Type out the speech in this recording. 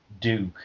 duke